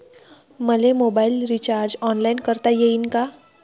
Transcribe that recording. मले mobile recharge online करता येईन का?